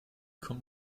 kommt